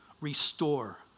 restore